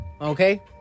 Okay